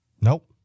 Nope